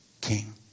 king